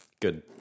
good